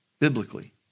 Biblically